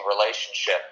relationship